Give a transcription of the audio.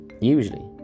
usually